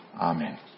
Amen